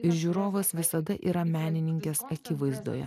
ir žiūrovas visada yra menininkės akivaizdoje